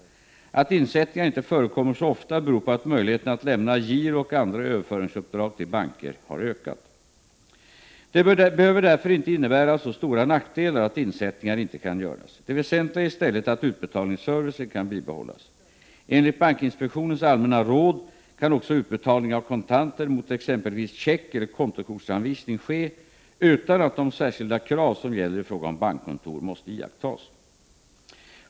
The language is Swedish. Att insättningar inte förekommer så ofta beror på att möjligheter na att lämna girooch andra överföringsuppdrag till banker har ökat. Det behöver därför inte innebära så stora nackdelar att insättningar inte kan göras. Det väsentliga är i stället att utbetalningsservicen kan bibehållas. Enligt bankinspektionens allmänna råd kan också utbetalning av kontanter mot exempelvis check eller kontokortsanvisning ske utan att de särskilda krav som gäller i fråga om bankkontor måste iakttas.